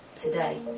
today